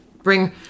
Bring